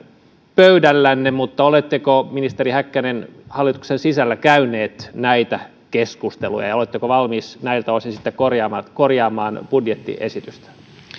pöydällänne mutta oletteko ministeri häkkänen hallituksen sisällä käyneet näitä keskusteluja ja oletteko valmis näiltä osin sitten korjaamaan budjettiesitystä